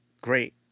great